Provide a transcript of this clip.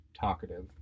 talkative